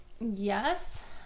yes